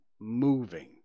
moving